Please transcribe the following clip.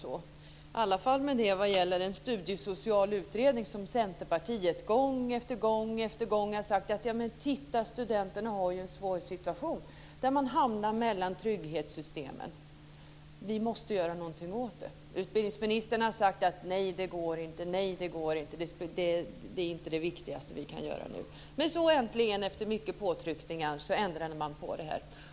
I alla fall när det gäller en studiesocial utredning har det väl snarare varit Centerpartiet som gång efter gång har sagt att studenterna har en svår situation och hamnar mellan trygghetssystemen. Vi måste göra någonting åt det. Utbildningsministern har sagt: Nej, det går inte. Det är inte det viktigaste som vi kan göra. Men så äntligen efter mycket påtryckningar så ändrade man på detta.